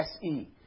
SE